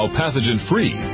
pathogen-free